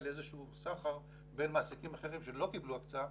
איזה שהוא סחר בין מעסיקים אחרים שלא קיבלו הקצאה